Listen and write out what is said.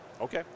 okay